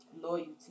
Loyalty